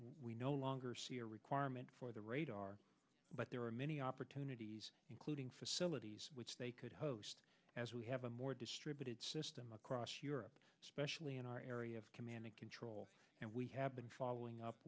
we no longer see a requirement for the radar but there are many opportunities including facilities which they could host as we have a more distributed system across europe especially in our area of command and control and we have been following up